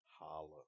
Holla